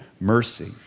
mercy